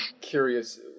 curious